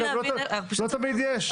לא תמיד יש.